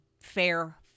fair